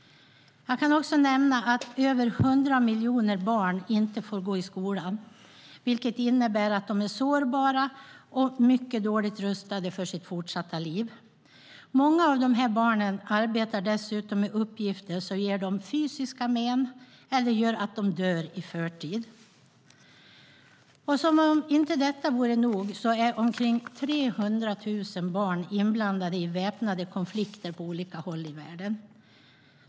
Jag kan också nämna att över hundra miljoner barn inte får gå i skolan, vilket innebär att de är sårbara och mycket dåligt rustade för sitt fortsatta liv. Många av de här barnen arbetar dessutom med uppgifter som ger dem fysiska men eller gör att de dör i förtid. Som om inte detta vore nog är omkring 300 000 barn inblandade i väpnade konflikter på olika håll i världen.